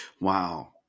Wow